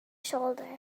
shoulder